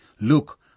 Look